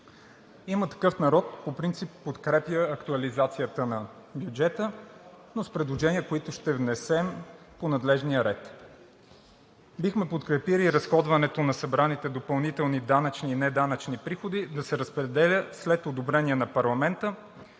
„Има такъв народ“ по принцип подкрепя актуализацията на бюджета, но с предложения, които ще внесем по надлежния ред. Бихме подкрепили разходването на събраните допълнителни данъчни и неданъчни приходи да се разпределят след одобрение на парламента,